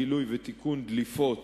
גילוי ותיקון של דליפות